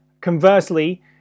Conversely